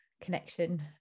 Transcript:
connection